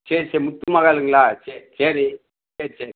சரி சரி முத்து மஹாலுங்களா சரி சரி சரி சரி